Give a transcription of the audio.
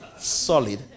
solid